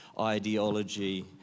ideology